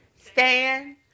stand